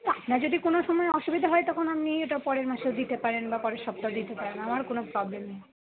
আপনার যদি কোনোসময় অসুবিধা হয় তখন আপনি ওটা পরের মাসেও দিতে পারেন বা পরের সপ্তাহে দিতে পারেন আমার কোনো প্রবলেম নেই